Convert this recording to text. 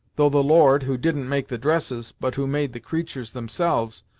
though the lord, who didn't make the dresses, but who made the creatur's themselves,